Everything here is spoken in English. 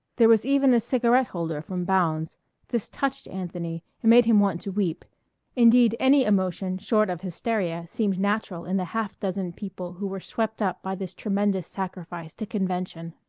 there was even a cigarette-holder from bounds this touched anthony and made him want to weep indeed, any emotion short of hysteria seemed natural in the half-dozen people who were swept up by this tremendous sacrifice to convention.